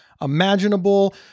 imaginable